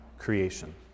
creation